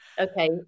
okay